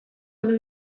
galdu